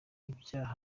ibyaha